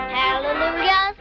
hallelujah